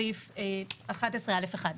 סעיף 11(א)(1),